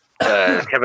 Kevin